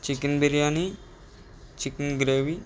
chicken biryani chicken gravy